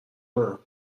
کنم